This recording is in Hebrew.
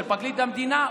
של פרקליט המדינה,